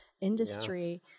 industry